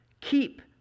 keep